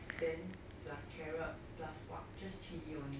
then plus carrot plus what just chilli only what